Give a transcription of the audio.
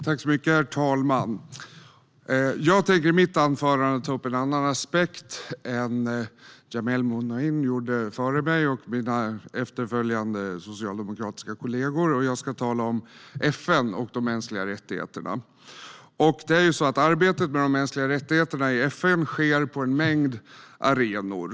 Herr talman! Jag tänker i mitt anförande ta upp en annan aspekt än vad Jamal Mouneimne gjorde före mig och en annan aspekt än vad mina efterföljande socialdemokratiska kollegor kommer att göra. Jag ska tala om FN och de mänskliga rättigheterna. Arbetet med de mänskliga rättigheterna i FN sker på en mängd arenor.